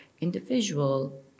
individual